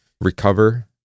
recover